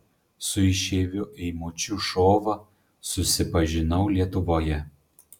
su išeiviu eimučiu šova susipažinau lietuvoje